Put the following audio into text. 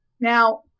Now